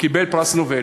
קיבל פרס נובל